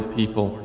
people